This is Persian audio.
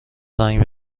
زنگ